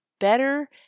better